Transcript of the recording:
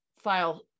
file